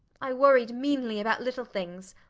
i worried meanly about little things.